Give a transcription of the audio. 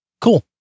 cool